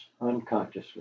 unconsciously